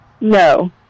No